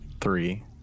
Three